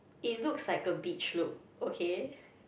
it looks like a beach look okay